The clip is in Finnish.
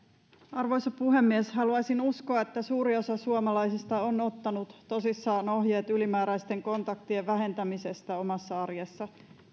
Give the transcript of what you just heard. arvoisa puhemies haluaisin uskoa että suurin osa suomalaisista on ottanut tosissaan ohjeet ylimääräisten kontaktien vähentämisestä omassa arjessa